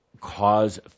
cause